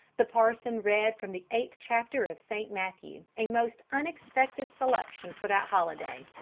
the parson read from the eighth chapter of st. matthew, a most unexpected selection for that holiday.